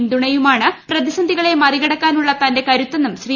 പിന്തുണയുമാണ് പ്രതിസന്ധികളെ കൃമിട്ടിക്കടക്കാനുള്ള തന്റെ കരുത്തെന്നും ശ്രീ